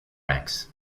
ranks